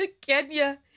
Kenya